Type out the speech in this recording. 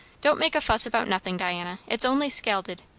don't make a fuss about nothing, diana. it's only scalded.